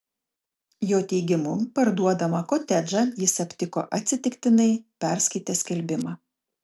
jo teigimu parduodamą kotedžą jis aptiko atsitiktinai perskaitęs skelbimą